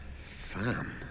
Fan